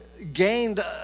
Gained